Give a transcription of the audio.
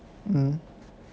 mm